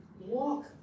Walk